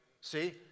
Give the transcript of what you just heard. See